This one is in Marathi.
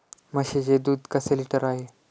म्हशीचे दूध कसे लिटर आहे?